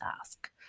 ask